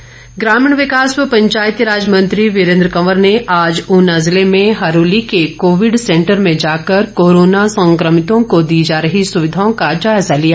वीरेन्द्र कंवर ग्रामीण विकास व पंचायतीराज मंत्री वीरेन्द्र कंवर ने आज ऊना जिले में हरोली के कोविड सेंटर में जाकर कोरोना संक्रमितों को दी जा रही सुविधाओं का जायजा लिया